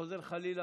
חוזר חלילה,